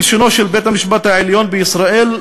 כלשונו של בית-המשפט העליון בישראל,